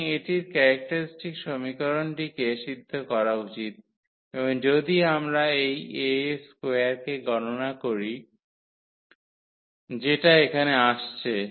সুতরাং এটির ক্যারেক্টারিস্টিক সমীকরণটিকে সিদ্ধ করা উচিত এবং যদি আমরা এই A2 কে গণনা করি যেটা এখানে আসছে